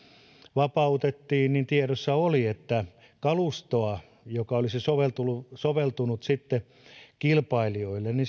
vapautettiin niin tiedossa oli että kalustoa joka olisi soveltunut soveltunut kilpailijoille